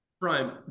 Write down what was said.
Brian